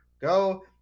go